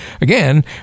Again